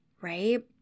right